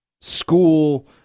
school –